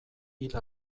hil